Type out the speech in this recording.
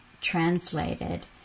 translated